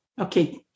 Okay